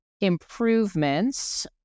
improvements